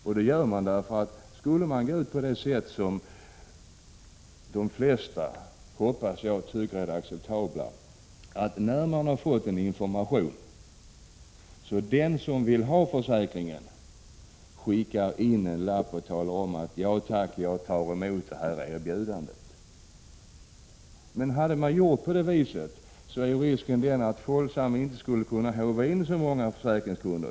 Anledningen till det är att skulle man gå ut på det sätt som de flesta, hoppas jag, tycker är det enda acceptabla — att låta den som vill ha den försäkring som man skickar ut information om skicka in en anmälan om att man accepterar erbjudandet — är risken att Folksam inte skulle kunna håva in så många försäkringskunder.